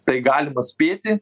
tai galima spėti